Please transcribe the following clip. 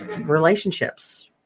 relationships